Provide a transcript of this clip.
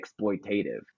exploitative